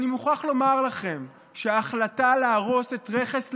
אני מוכרח לומר לכם שההחלטה להרוס את רכס לבן,